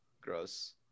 Gross